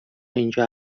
اینجا